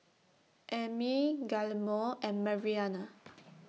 Ami Guillermo and Mariana